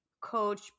coach